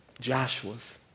Joshua's